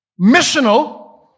Missional